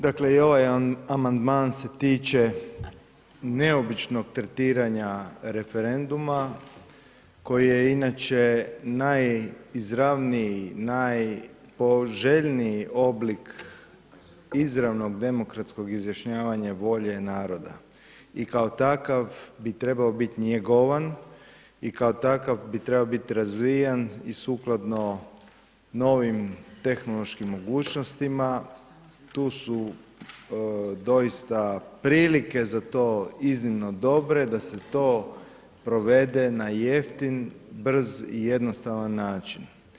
Dakle, i ovaj amandman se tiče neobičnog tretiranja referenduma koji je inače najizravniji, najpoželjniji oblik izravnog demokratskog izjašnjavanja volje naroda, i kao takav bi trebao biti njegovan, i kao takav bi trebao biti razvijan i sukladno novim tehnološkim mogućnostima, tu su doista prilike za to iznimno dobre, da se to provede na jeftin, brz i jednostavan način.